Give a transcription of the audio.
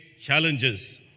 challenges